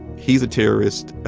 he's a terrorist.